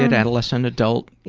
and adolescent, adult.